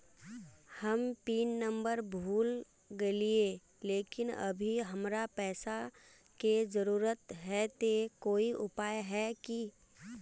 हम pin number भूल गेलिये लेकिन अभी हमरा पैसा के जरुरत है ते कोई उपाय है की?